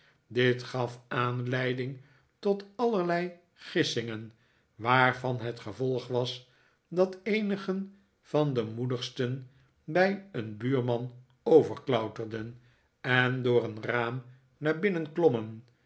dit gaf aanleiding tot allerlei gissingen waarvan het gevolg was dat eenigen van de moedigsten bij een buurman overklauterden en door een raam naar binnen klommen